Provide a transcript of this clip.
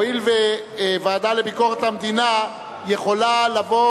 הואיל וועדה לביקורת המדינה יכולה לבוא